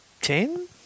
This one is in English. Ten